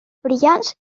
brillants